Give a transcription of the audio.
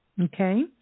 Okay